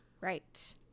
Right